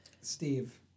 Steve